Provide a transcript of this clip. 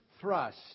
thrust